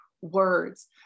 words